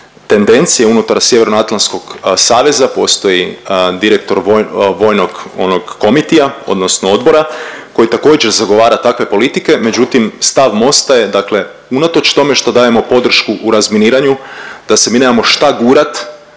tendencije unutar Sjevernoatlantskog saveza, postoji direktor vojnog onog komitia odnosno odbora koji također zagovara takve politike, međutim stav MOST-a je dakle unatoč tome što dajemo podršku u razminiranju da se mi nemamo šta gurat